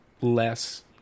less